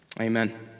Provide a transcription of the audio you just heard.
Amen